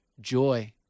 joy